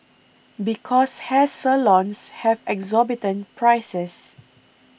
because hair salons have exorbitant prices